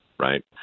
Right